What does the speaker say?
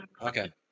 Okay